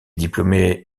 diplômé